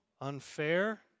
unfair